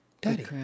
daddy